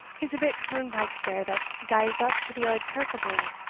is a bit turnpike-stair that gaes up to the auld kirk abune.